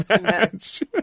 match